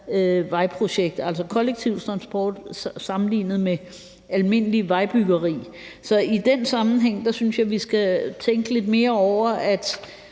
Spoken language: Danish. vejprojekter – altså kollektiv transport sammenlignet med almindeligt vejbyggeri. Så i den sammenhæng synes jeg, vi skal tænke lidt mere over, at